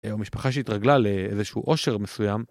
או משפחה שהתרגלה לאיזשהו עושר מסוים.